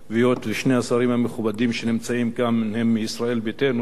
היות ששני השרים המכובדים שנמצאים כאן הם מישראל ביתנו,